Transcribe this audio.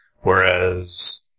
Whereas